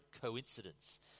coincidence